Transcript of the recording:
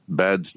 bad